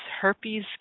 herpes